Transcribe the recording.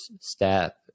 step